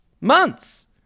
Months